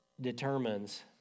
determines